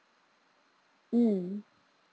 mm